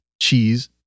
cheese